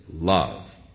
love